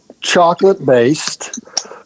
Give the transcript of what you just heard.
chocolate-based